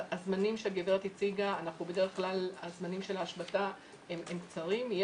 הזמנים של ההשבתה הם קצרים בדרך כלל,